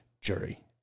jury